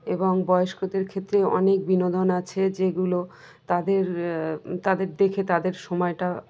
এবং বয়স্কদের ক্ষেত্রে অনেক বিনোদন আছে যেগুলো তাদের তাদের দেখে তাদের সময়টা